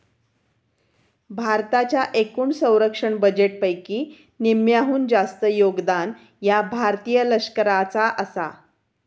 भारताच्या एकूण संरक्षण बजेटपैकी निम्म्याहून जास्त योगदान ह्या भारतीय लष्कराचा आसा